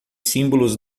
símbolos